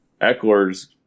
Eckler's